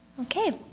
Okay